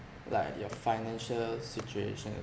like your financial situation